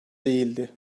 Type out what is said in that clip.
değildi